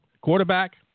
Quarterback